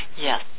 Yes